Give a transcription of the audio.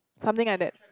something like that